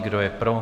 Kdo je pro?